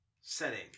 setting